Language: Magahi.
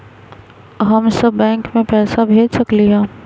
हम सब बैंक में पैसा भेज सकली ह?